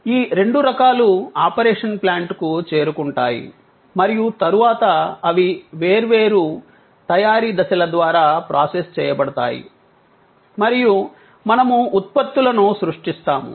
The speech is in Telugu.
ఈ రెండు రకాలు ఆపరేషన్ ప్లాంట్ కు చేరుకుంటాయి మరియు తరువాత అవి వేర్వేరు తయారీ దశల ద్వారా ప్రాసెస్ చేయబడతాయి మరియు మనము ఉత్పత్తులను సృష్టిస్తాము